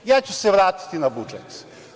Ja ću se vratiti na budžet.